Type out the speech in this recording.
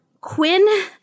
Quinn